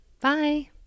Bye